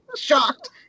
shocked